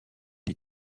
les